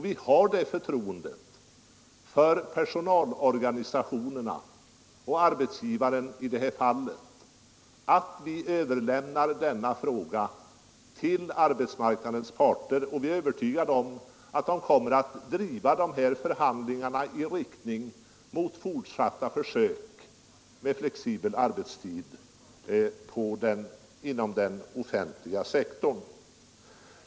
Vi har det förtroendet för personalorganisationerna och arbetsgivaren i det här fallet att vi överlämnar denna fråga till arbetsmarknadens parter. Vi är också övertygade om att de kommer att driva sina förhandlingar i riktning mot fortsatta försök med flexibel arbetstid inom den offentliga sektorn.